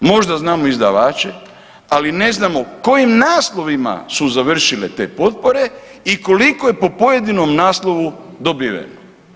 Možda znamo izdavače, ali ne znamo u kojim naslovima su završile te potpore i koliko je po pojedinom naslovu dobiveno.